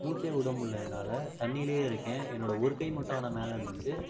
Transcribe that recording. மூச்சே விட முடில்ல என்னால் தண்ணியில் இருக்கேன் என்னோட ஒரு கை மட்டும் ஆனால் மேலே இருந்துச்சு